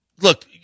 Look